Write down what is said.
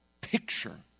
picture